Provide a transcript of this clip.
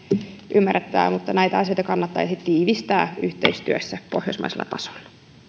ymmärrettävää mutta näissä asioissa kannattaisi tiivistää yhteistyötä pohjoismaisella tasolla